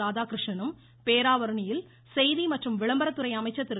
ராதாகிருஷ்ணனும் பேராவூரணியில் செய்தி மற்றும்விளம்பரத்துறை அமைச்சர் திரு